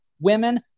women